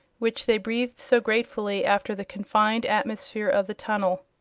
which they breathed so gratefully after the confined atmosphere of the tunnel.